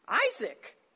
Isaac